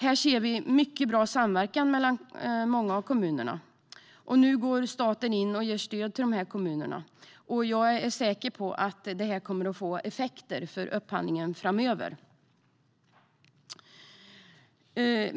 Här ser vi mycket bra samverkan mellan många kommuner. Nu går staten in och ger stöd till dessa kommuner. Jag är säker på att det kommer att ge effekt vid upphandlingar framöver.